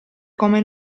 come